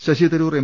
Sasi Tharoor M